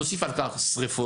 תוסיף על כך שריפות,